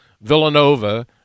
Villanova